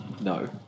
no